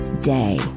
day